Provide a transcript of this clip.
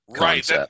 Right